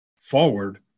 forward